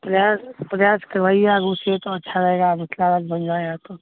प्रयास प्रयास तो भैया उससे तो अच्छा रहेगा मिथिला राज्य बन जाएगा तो